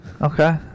Okay